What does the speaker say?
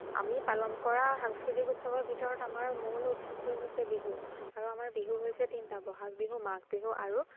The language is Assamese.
আমি পালন কৰা আমাৰ সাংস্কৃতিক উৎসৱৰ ভিতৰত আমাৰ মূল উৎসৱটোৱেই হৈছে বিহু আৰু আমাৰ বিহু হৈছে তিনিটা বহাগ বিহু মাঘ বিহু আৰু